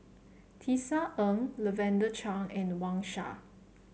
Tisa Ng Lavender Chang and Wang Sha